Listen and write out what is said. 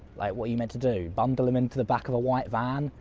like, what are you meant to do? bundle them into the back of a white van?